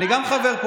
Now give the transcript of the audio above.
אני מדבר אליך,